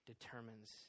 determines